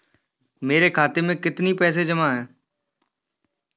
मेरे खाता में कितनी पैसे जमा हैं?